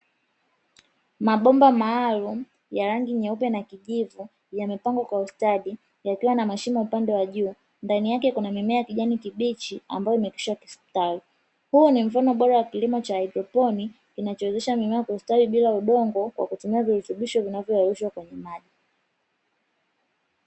Mabomba maalumu ya rangi nyeupe na kijivu yamepangwa kwa ustadi yakiwa na mashimo upande wa juu, ndani yake kuna mimea ya kijani kibichi ambayo imekwisha kustawi, huu ni mfano bora wa kilimo cha haidroponi kinachowezesha mimea kustawi bila udongo kwa kutumia virutubisho vinavyoyeyushwa kwenye maji.